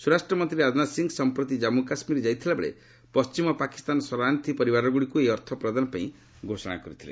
ସ୍ୱରାଷ୍ଟ୍ରମନ୍ତ୍ରୀ ରାଜନାଥ ସିଂ ସମ୍ପ୍ରତି ଜାନ୍ପୁ କାଶ୍ମୀର ଯାଇଥିବା ବେଳେ ପଶ୍ଚିମ ପାକିସ୍ତାନ ସରଣାର୍ଥୀ ପରିବାରଗୁଡ଼ିକୁ ଏହି ଅର୍ଥ ପ୍ରଦାନ ପାଇଁ ଘୋଷଣା କରିଥିଲେ